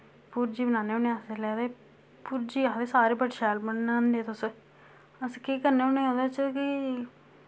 भुर्जी बनान्ने होन्ने अस जिसलै ते भुर्जी आखदे सारे बड़ी शैल बनान्ने तुस अस केह् करने होन्ने ओह्दे च कि